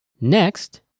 Next